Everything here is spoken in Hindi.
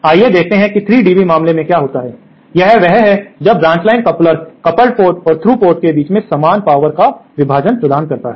आइए देखते हैं कि 3dB मामले के लिए क्या होता है वह यह है कि जब branch line coupler coupled port और थ्रू पोर्ट के बीच समान पावर विभाजन प्रदान करता है